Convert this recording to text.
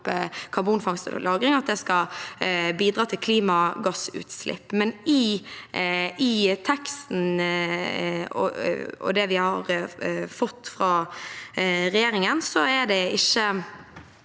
at det skal bidra til å kutte klimagassutslipp. Men i teksten fra det vi har fått fra regjeringen, er det ikke